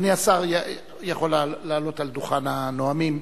אדוני השר יכול לעלות על דוכן הנואמים